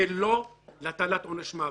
זה לא להטלת עונש מוות.